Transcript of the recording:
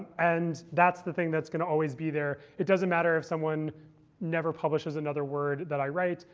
and that's the thing that's going to always be there. it doesn't matter if someone never publishes another word that i write.